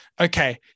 okay